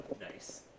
nice